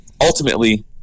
ultimately